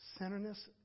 centerness